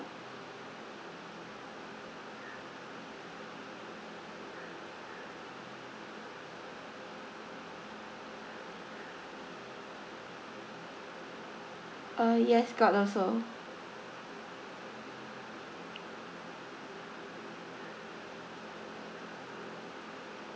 uh yes got also